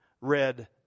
red